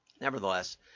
nevertheless